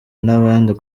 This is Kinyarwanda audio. n’abandi